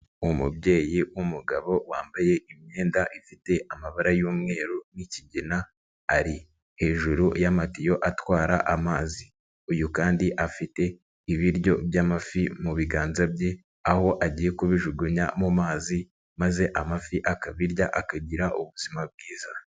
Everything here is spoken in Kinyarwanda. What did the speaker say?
Umubyeyi w'umugabo wambaye imyenda ifite amabara y'umweru n'ikigina ari hejuru y'amatiyo atwara amazi, uyu kandi afite ibiryo by'amafi mu biganza bye aho agiye kubijugunya mu mazi maze amafi akabirya akagira ubuzima bwiza.